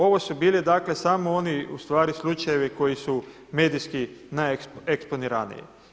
Ovo su bili dakle samo oni ustvari slučajevi koji su medijski najeksponiraniji.